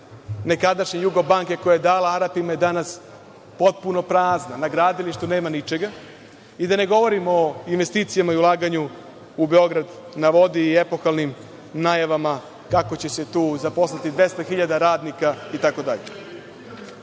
nekadašnje „Jugobanke“ koja je dala Arapima je danas potpuno prazna. Na gradilištu nema ničega. Da ne govorimo o investicijama i ulaganju u „Beograd na vodi“ i epohalnim najavama kako će se tu zaposliti 200.000 radnika itd. Što